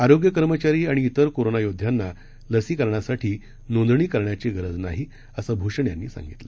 आरोग्य कर्मचारी आणि इतर कोरोना योद्ध्यांना लसीकरणासाठी नोंद करण्याची गरज नाही असं भूषण यांनी सांगितलं